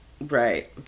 Right